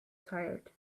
tired